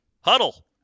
Huddle